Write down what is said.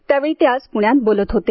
त्यावेळी ते आज पुण्यात बोलत होते